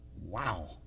Wow